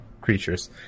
creatures